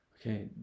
Okay